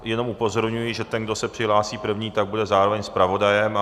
Jenom upozorňuji, že ten, kdo se přihlásí první, bude zároveň zpravodajem.